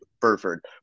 Burford